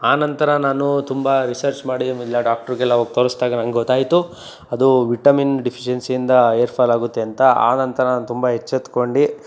ಆ ನಂತರ ನಾನು ತುಂಬ ರಿಸರ್ಚ್ ಮಾಡಿ ಆಮೇಲೆ ಡಾಕ್ಟ್ರಿಗೆಲ್ಲ ಹೋಗಿ ತೋರಿಸ್ದಾಗ ನಂಗೆ ಗೊತ್ತಾಯ್ತು ಅದು ವಿಟಮಿನ್ ಡೆಫಿಶಿಯನ್ಸಿಯಿಂದ ಏರ್ಫಾಲ್ ಆಗುತ್ತೆ ಅಂತ ಆ ನಂತರ ನಾನು ತುಂಬ ಎಚ್ಚೆತ್ಕೊಂಡು